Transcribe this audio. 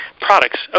products